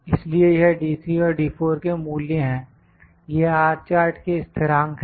इसलिए यह और के मूल्य हैं यह R चार्ट के स्थिरांक हैं